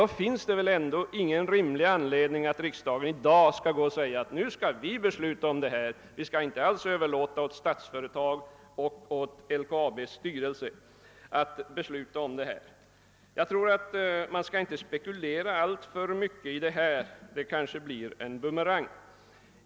Då finns det väl ändå ingen rimlig anledning för riksdagen att i dag fatta beslut i frågan och inte överlåta åt Statsföretags och LKAB:s styrelse att fatta beslut. Jag tror att man inte alltför mycket bör spekulera i detta; det kanske blir en bumerang.